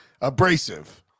abrasive